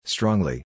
Strongly